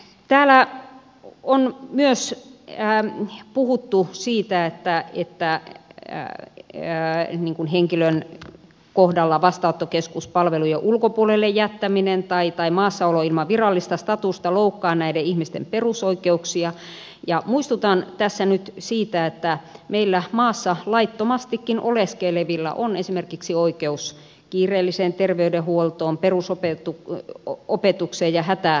täällä on myös puhuttu siitä että äkkipäätä ja jää kun henkilön kohdalla vastaanottokeskuspalvelujen ulkopuolelle jättäminen tai maassaolo ilman virallista statusta loukkaa näiden ihmisten perusoikeuksia ja muistutan tässä nyt siitä että meillä maassa laittomastikin oleskelevilla on esimerkiksi oikeus kiireelliseen terveydenhuoltoon perusopetukseen ja hätätoimeentuloon